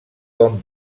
com